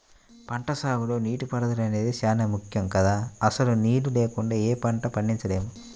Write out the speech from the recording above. పంటసాగులో నీటిపారుదల అనేది చానా ముక్కెం గదా, అసలు నీళ్ళు లేకుండా యే పంటా పండించలేము